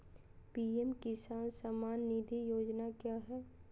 PM Kisan Samman Nidhi Yojana क्या है?